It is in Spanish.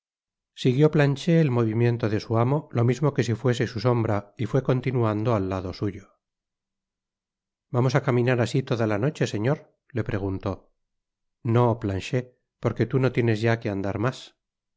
siguió planchet el movimiento de su amo lo mismo que si fuese su sombra y fué continuando al lado suyo vamos á caminar así toda la noche señor le preguntó no planchet porque tú no tienes ya que andar mas